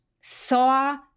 saw